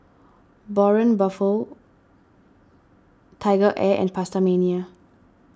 Braun Buffel TigerAir and PastaMania